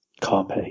carpe